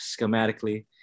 schematically